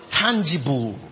tangible